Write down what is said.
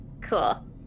Cool